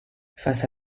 face